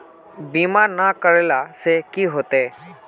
बीमा ना करेला से की होते?